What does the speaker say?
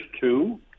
two